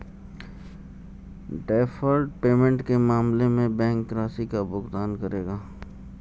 deferred payment के मामले में बैंक राशि का भुगतान करेगा